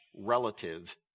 relative